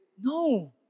No